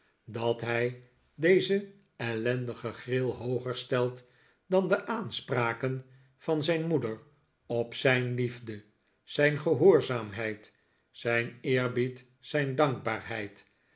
dat hij deze ellendige gril hooger stelt dan de aanspraken van zijn moeder op zijn liefde zijn gehoorzaamheid zijn eerbied zijn dankbaarheid